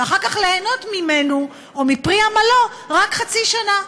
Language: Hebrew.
ואחר כך ליהנות ממנו או מפרי עמלו רק חצי שנה?